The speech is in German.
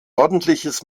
ordentliches